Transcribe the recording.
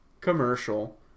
commercial